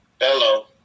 Hello